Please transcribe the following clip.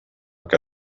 que